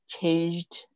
changed